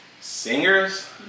Singers